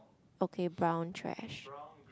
okay brown trash